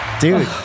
Dude